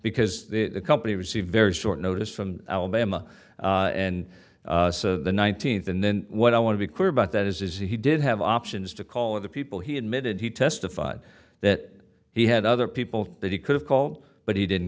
because the company received very short notice from alabama and the nineteenth and then what i want to be clear about that is he did have options to call other people he admitted he testified that he had other people that he could have called but he didn't